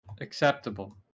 Acceptable